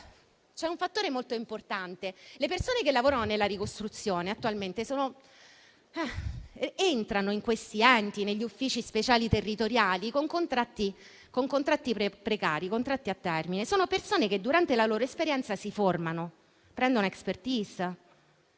c'è un fattore molto importante: le persone che lavorano alla ricostruzione, attualmente, entrano in questi enti, negli uffici speciali territoriali, con contratti precari e a termine. Si tratta di persone che durante la loro esperienza si formano e acquisiscono